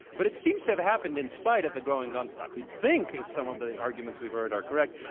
but it seems to have happened in spite of the growing gun stock. we'd think, if some of the arguments we've heard are correct,